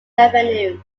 avenue